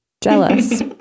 Jealous